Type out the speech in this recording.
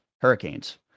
hurricanes